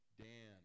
Dan